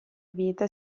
vita